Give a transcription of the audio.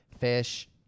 fish